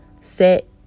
Set